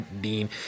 Dean